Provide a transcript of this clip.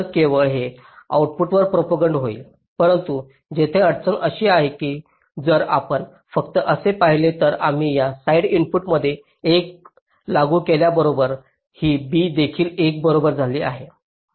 तर केवळ हे आऊटपुटवर प्रोपागंट होईल परंतु येथे अडचण अशी आहे की जर आपण फक्त तसे पाहिले तर आम्ही या साइड इनपुटमध्ये 1 लागू केल्याबरोबर ही b देखील 1 बरोबर झाली आहे